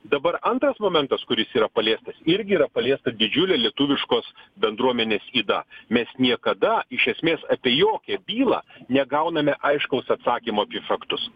dabar antras momentas kuris yra paliestas irgi yra paliesta didžiulė lietuviškos bendruomenės yda mes niekada iš esmės apie jokią bylą negauname aiškaus atsakymo apie faktus